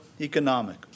economic